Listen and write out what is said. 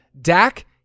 Dak